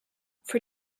for